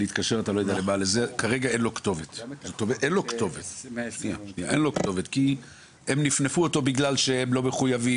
אין לו כתובת בשעתו הקשה כי נפנפו אותו בגלל שהם לא מחויבים,